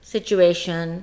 Situation